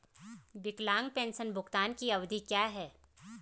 विकलांग पेंशन भुगतान की अवधि क्या है?